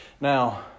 Now